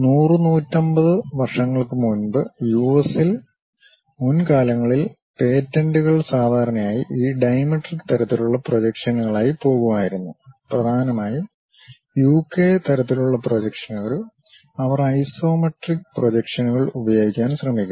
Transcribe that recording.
100 150 വർഷങ്ങൾക്ക് മുമ്പ് യുഎസിൽ മുൻ കാലങ്ങളിൽ പേറ്റന്റുകൾ സാധാരണയായി ഈ ഡൈമെട്രിക് തരത്തിലുള്ള പ്രൊജക്ഷനുകളായി പോകുമായിരുന്നു പ്രധാനമായും യുകെ തരത്തിലുള്ള പ്രൊജക്ഷനുകൾ അവർ ഐസോമെട്രിക് പ്രൊജക്ഷനുകൾ ഉപയോഗിക്കാൻ ശ്രമിക്കുന്നു